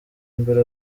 mbere